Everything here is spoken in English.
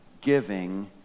giving